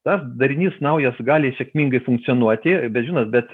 tas darinys naujas gali sėkmingai funkcionuoti bet žinot bet